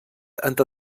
entre